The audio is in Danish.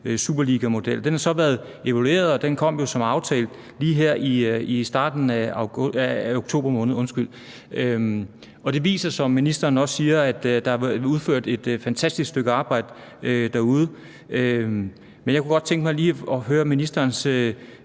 superligamodel. Den har så været evalueret, og den evaluering kom jo som aftalt lige her i starten af oktober måned. Og den viser, som ministeren også siger, at der har været udført et fantastisk stykke arbejde derude. Men jeg kunne godt tænke mig lige at høre ministerens